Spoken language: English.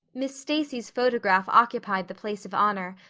miss stacy's photograph occupied the place of honor,